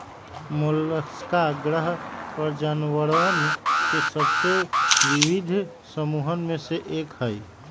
Mollusca ग्रह पर जानवरवन के सबसे विविध समूहन में से एक हई